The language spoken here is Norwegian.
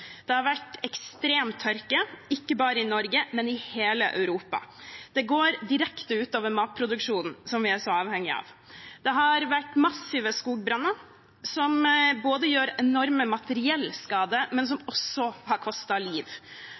Det har vært ekstrem tørke, ikke bare i Norge, men i hele Europa, og det går direkte ut over matproduksjonen som vi er så avhengig av. Det har vært massive skogbranner, som både gjør materiell skade og har kostet liv.